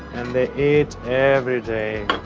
they eat every day.